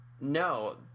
No